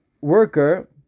worker